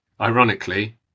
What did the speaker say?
Ironically